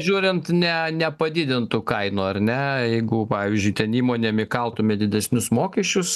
žiūrint ne nepadidintų kainų ar ne jeigu pavyzdžiui ten įmonėm įkaltume į didesnius mokesčius